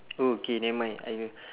oh okay never mind I c~